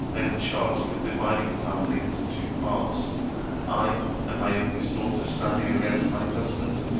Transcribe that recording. i am charged with dividing the family into two parts i and my youngest daughter standing against my husband,